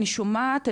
אני שומעת,